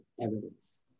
evidence